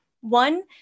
one